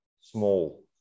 Small